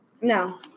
No